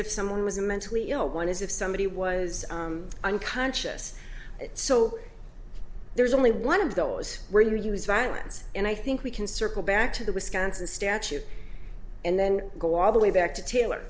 if someone was mentally ill one is if somebody was unconscious so there's only one of those where you use violence and i think we can circle back to the wisconsin statute and then go all the way back to taylor